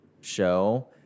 show